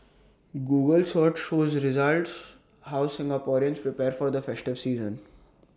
Google search with results how Singaporeans prepare for the festive season